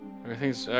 Everything's